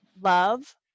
love